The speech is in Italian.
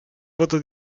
voto